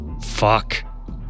Fuck